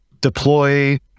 deploy